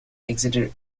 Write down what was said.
exeter